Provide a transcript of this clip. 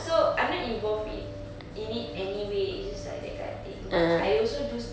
so I'm not involved in in it anyway it's just like that kind of thing but I also do